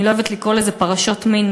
אני לא אוהבת לקרוא לזה "פרשות מין",